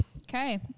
Okay